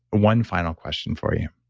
one final question for you.